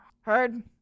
Heard